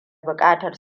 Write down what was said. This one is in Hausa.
buƙatar